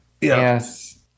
Yes